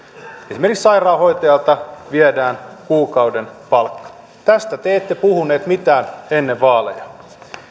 esimerkiksi sairaanhoitajalta viedään kuukauden palkka tästä te ette puhunut mitään ennen vaaleja